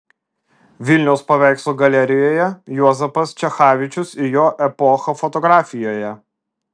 vilniaus paveikslų galerijoje juozapas čechavičius ir jo epocha fotografijoje